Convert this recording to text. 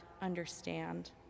understand